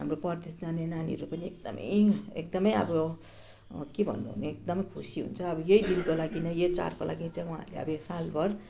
हाम्रो परदेश जाने नानीहरू पनि एकदमै एकदमै अब के भन्नु अब एकदमै खुसी हुन्छ अब यही दिनको लागि नै यो चाडको लागि नै चाहिँ उहाँहरूले अब सालभर